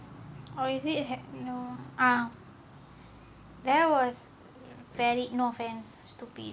or is it had no ah there was very no offence stupid